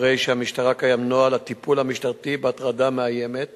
הרי שבמשטרה קיים נוהל הטיפול המשטרתי בהטרדה המאיימת